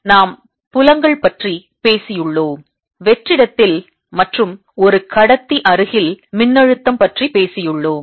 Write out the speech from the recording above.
எனவே நாம் புலங்கள் பற்றி பேசியுள்ளோம் வெற்றிடத்தில் மற்றும் ஒரு கடத்தி அருகில் மின்னழுத்தம் பற்றி பேசியுள்ளோம்